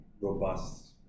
robust